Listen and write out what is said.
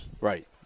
Right